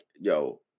yo